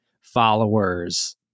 followers